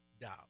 down